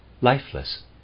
lifeless